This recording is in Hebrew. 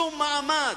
שום מעמד.